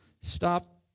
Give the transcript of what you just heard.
stop